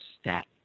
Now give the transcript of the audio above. stat